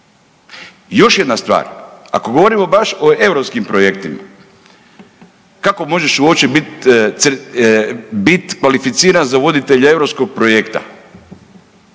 još jedna stvar. Ako govorimo baš o europskim projektima kako možeš uopće biti kvalificiran za voditelja europskog projekta?